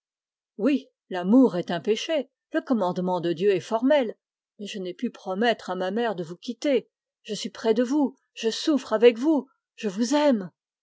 oui l'amour est un péché le commandement de dieu est formel mais je n'ai pu promettre à ma mère de vous quitter je suis près de vous je souffre avec vous je vous aime